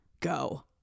go